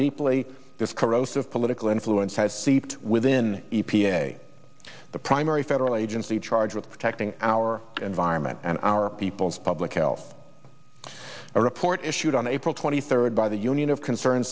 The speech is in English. corrosive political influence has seeped within e p a the primary federal agency charged with protecting our environment and our people's public health a report issued on april twenty third by the union of concern